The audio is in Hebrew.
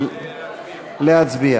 להצביע.